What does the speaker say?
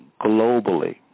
globally